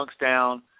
down